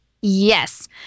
Yes